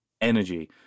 energy